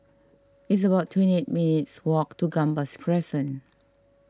it's about twenty eight minutes' walk to Gambas Crescent